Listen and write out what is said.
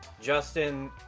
Justin